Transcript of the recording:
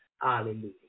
Hallelujah